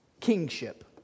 kingship